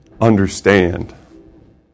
understand